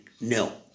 No